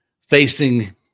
facing